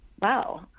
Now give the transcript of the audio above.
wow